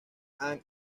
ann